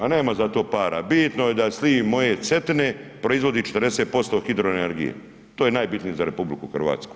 A nema za to para, bitno je da sliv moje Cetine proizvodi 40% hidroenergije, to je najbitnije za RH.